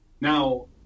now